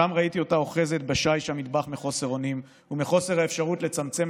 שם ראיתי אותה אוחזת בשיש המטבח מחוסר אונים ומחוסר האפשרות לצמצם